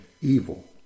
evil